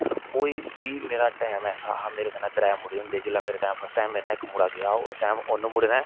कोई बी मेरा टाइम ऐसा हा मेरे कन्ने त्रै मुडे होंदे जिसले मेरा टाइम फस्ट टाइम मेरे कन्ने इक मुड़ा गेआ उस टैम उनें मुडे़ ने